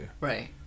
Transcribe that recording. Right